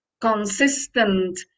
consistent